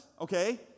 okay